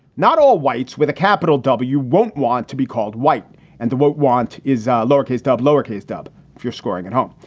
not all whites with a capital w won't want to be called white and the want is ah lower case top, lower case double if you're scoring at home.